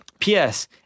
PS